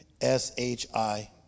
S-H-I